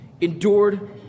endured